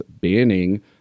banning